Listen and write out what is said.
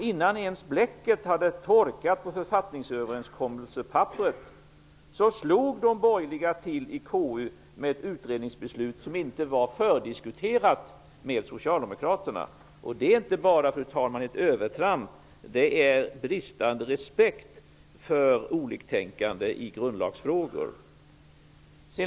Innan bläcket hade torkat på pappret för författningsöverenskommelsen slog de borgerliga till i KU med ett utredningsbeslut som inte hade diskuterats med Socialdemokraterna. Fru talman! Detta är inte bara ett övertramp. Det är bristande respekt för oliktänkande när det gäller grundlagsfrågor.